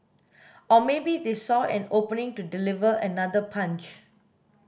or maybe they saw an opening to deliver another punch